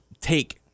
take